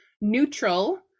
neutral